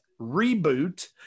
Reboot